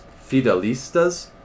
Fidelistas